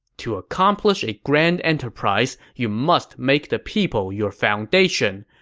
to accomplish a grand enterprise, you must make the people your foundation.